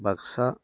Baksa